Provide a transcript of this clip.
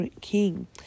king